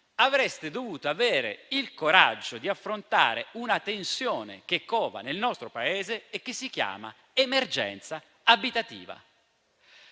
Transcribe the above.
avreste dovuto avere il coraggio di affrontare una tensione che cova nel nostro Paese e che si chiama emergenza abitativa.